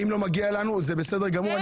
אם לא מגיע לנו, זה בסדר גמור.